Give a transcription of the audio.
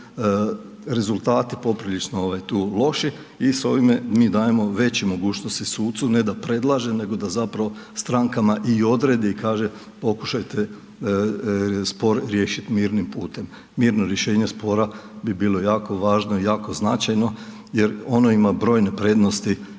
rezultati poprilično tu loši i s ovime mi dajemo veće mogućnosti sucu, ne da predlaže nego da zapravo strankama i odredi, kaže, pokušajte spor riješiti mirnim putem. Mirno rješenje spora bi bilo jako važno i jako značajno, jer ono ima brojne prednosti,